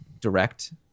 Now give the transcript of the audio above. direct